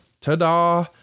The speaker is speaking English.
Ta-da